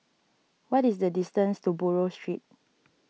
what is the distance to Buroh Street